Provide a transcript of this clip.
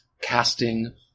casting